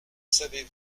savez